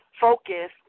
focus